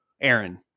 Aaron